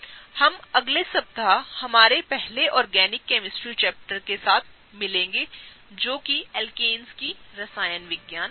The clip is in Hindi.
हम अगले सप्ताह हमारे पहले ऑर्गेनिक केमिस्ट्री चैप्टर के साथ मिलेंगे जो कि अल्केन्स की रसायन विज्ञान है